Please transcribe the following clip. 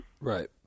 Right